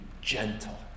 gentle